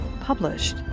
Published